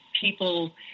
people